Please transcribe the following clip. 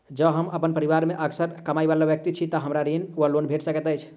जँ हम अप्पन परिवार मे असगर कमाई वला व्यक्ति छी तऽ हमरा ऋण वा लोन भेट सकैत अछि?